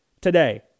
today